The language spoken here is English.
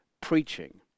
preaching